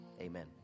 amen